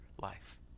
life